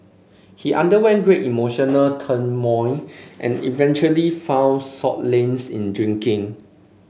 he underwent great emotional turmoil and eventually found solace in drinking